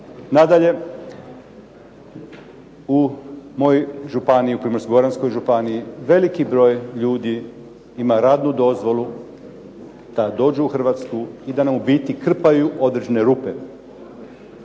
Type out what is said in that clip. Nadalje, u mojoj županiji, Primorsko-goranskoj županiji veliki broj ljudi ima radnu dozvolu da dođu u Hrvatsku i da nam u biti krpaju određene rupe.